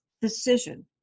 decision